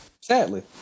sadly